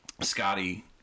scotty